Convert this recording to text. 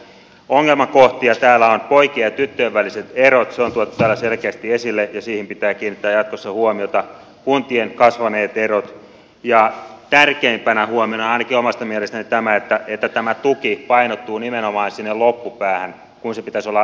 ongelmakohtia täällä ovat poikien ja tyttöjen väliset erot se on tuotu täällä selkeästi esille ja siihen pitää kiinnittää jatkossa huomiota kuntien kasvaneet erot ja tärkeimpänä huomiona ainakin omasta mielestäni tämä että tämä tuki painottuu nimenomaan sinne loppupäähän kun sen pitäisi olla toisinpäin niin kuin tässä nyt on todettu